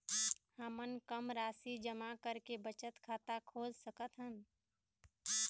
हमन कम राशि जमा करके बचत खाता खोल सकथन?